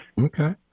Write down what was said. okay